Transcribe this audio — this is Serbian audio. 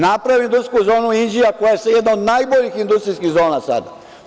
Napravio sam industrijsku zonu u Inđiji koja je jedna od najboljih industrijskih zona sada.